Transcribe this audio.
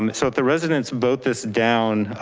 um so if the residents vote this down.